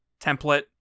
template